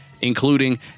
including